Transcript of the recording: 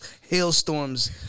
Hailstorms